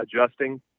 adjusting